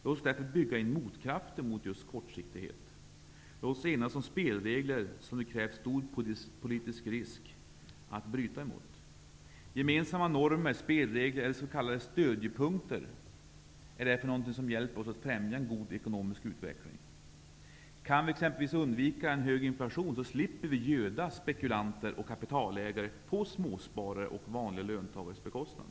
Låt oss därför bygga in motkrafter mot kortsiktighet. Låt oss enas om spelregler som det innebär en stor politisk risk att bryta emot. Gemensamma normer, spelregler eller skall vi kalla det stödjepunkter är därför något som hjälper oss att främja en god ekonomisk utveckling. Kan vi exempelvis undvika hög inflation så slipper vi göda spekulanter och kapitalägare på småsparare och vanliga löntagares bekostnad.